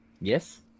Yes